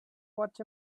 watch